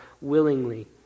willingly